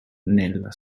nella